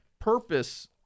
purpose